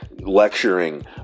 lecturing